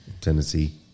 Tennessee